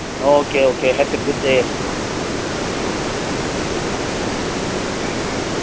okay okay have a good day